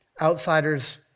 Outsiders